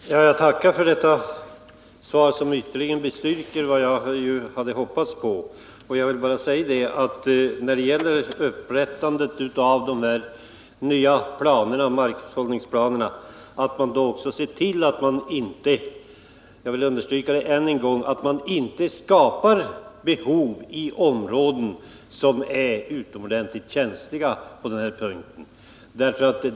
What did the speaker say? Fru talman! Jag tackar för detta besked som ytterligare bestyrker vad jag hade hoppats på. Jag vill bara när det gäller upprättande av de nya markhushållningsprogrammen framhålla hur angeläget det är att man också ser till att man inte — jag vill understryka det än en gång — skapar behov i områden som är utomordentligt känsliga i det här avseendet.